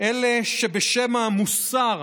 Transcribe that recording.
אלה שבשם המוסר